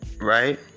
right